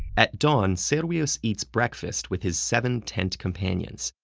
at dawn, servius eats breakfast with his seven tent companions.